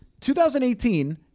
2018